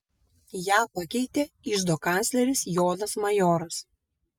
ją pakeitė iždo kancleris jonas majoras